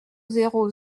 zéro